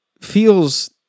feels